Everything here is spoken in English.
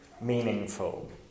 meaningful